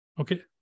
okay